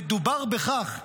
מדובר בכך שהעידוד,